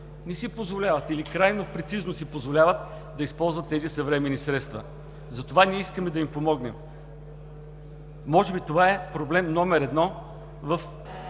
не си позволяват или крайно прецизно си позволяват да използват тези съвременни средства. Ние искаме да им помогнем. Може би това е проблем номер едно в